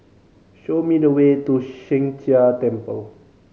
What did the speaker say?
show me the way to Sheng Jia Temple